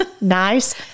nice